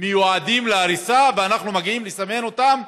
מיועדים להריסה, ואנחנו מגיעים לסמן אותם,